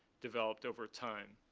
developed over time.